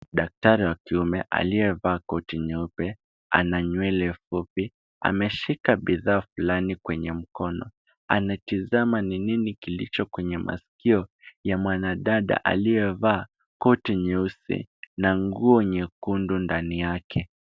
Daktari wa kiume aliyevaa koti nyeupe, ana nywele fupi, ameshika bidhaa fulani kwenye mikono, anatazama ni nini kilicho kwenye masikio ya mwanadada aliyevaa koti nyeusi, na nguo nyekundu ndani yake.